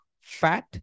fat